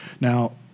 Now